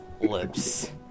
lips